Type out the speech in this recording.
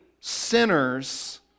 sinners